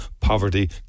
poverty